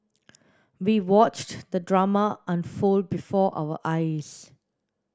we watched the drama unfold before our eyes